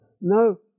No